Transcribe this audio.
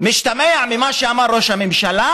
משתמע ממה שאמר ראש הממשלה,